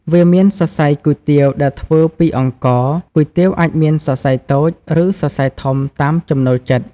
វាមានសរសៃគុយទាវដែលធ្វើពីអង្ករ គុយទាវអាចមានសរសៃតូច ឬសរសៃធំតាមចំណូលចិត្ត។